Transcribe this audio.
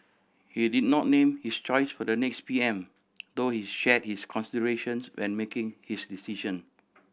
he did not name his choice for the next P M though he shared his considerations when making his decision